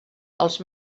els